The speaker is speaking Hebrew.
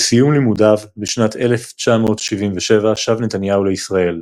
בסיום לימודיו בשנת 1977 שב נתניהו לישראל.